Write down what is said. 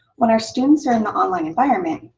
when our students are in the online environment,